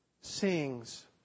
sings